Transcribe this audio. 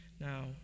Now